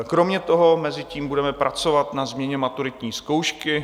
Kromě toho mezitím budeme pracovat na změně maturitní zkoušky.